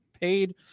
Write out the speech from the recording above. paid